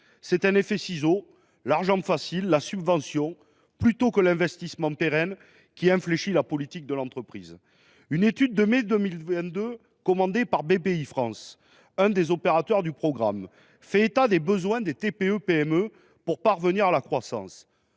voyons un effet ciseau : l’argent facile, la subvention, plutôt que l’investissement pérenne qui infléchit la politique de l’entreprise. Une étude de mai 2022 commandée par Bpifrance, l’un des opérateurs du programme, fait état des besoins des TPE et des PME pour parvenir à la croissance.